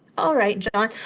all right, john.